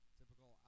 typical